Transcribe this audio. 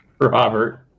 Robert